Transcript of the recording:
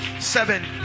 seven